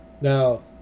now